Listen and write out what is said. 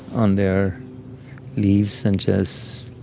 on their leaves and just